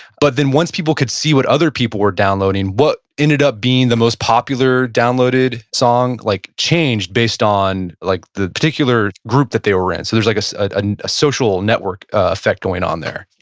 but then once people could see what other people were downloading, what ended up being the most popular downloaded song like changed based on like the particular group that they were in. so there's like so ah and a social network effect going on there